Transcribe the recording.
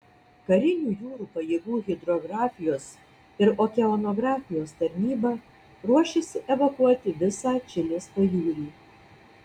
karinių jūrų pajėgų hidrografijos ir okeanografijos tarnyba ruošiasi evakuoti visą čilės pajūrį